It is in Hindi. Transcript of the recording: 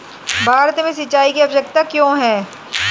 भारत में सिंचाई की आवश्यकता क्यों है?